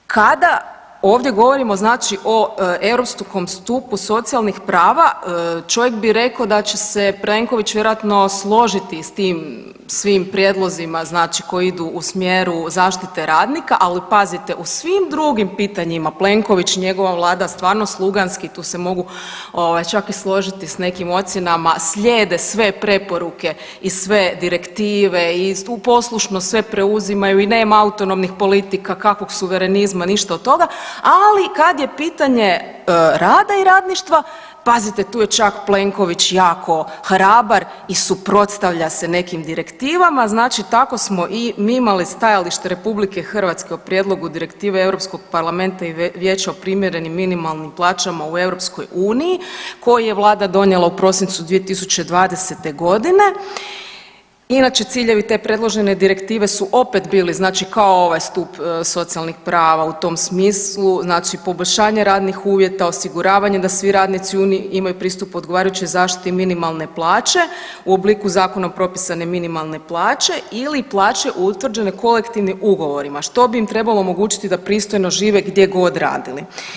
Kada, ovdje govorimo znači o Europskom stupu socijalnih prava, čovjek bi rekao da će se Plenković vjerojatno složiti s tim svim prijedlozima znači koji idu u smjeru zaštite radnika, ali pazite u svim drugim pitanjima Plenković i njegova vlada stvarno sluganski, tu se mogu ovaj čak i složiti s nekim ocjenama, slijede sve preporuke i sve direktive i poslušno sve preuzimaju i nema autonomnih politika, kakvog suverenizma, ništa od toga, ali kad je pitanje rada i radništva pazite tu je čak Plenković jako hrabar i suprotstavlja se nekim direktivama, znači tako smo i mi imali stajalište RH o prijedlogu Direktive Europskog parlamenta i vijeća o primjerenim minimalnim plaćama u EU koju je vlada donijela u prosincu 2020.g., inače ciljevi te predložene direktive su opet bili znači kao ovaj stup socijalnih prava u tom smislu, znači poboljšanje radnih uvjeta, osiguravanje da svi radnici u uniji imaju pristup odgovarajućoj zaštiti minimalne plaće u obliku zakonom propisane minimalne plaće ili plaće utvrđene kolektivnim ugovorima, što bi im trebalo omogućiti da pristojno žive gdje god radili.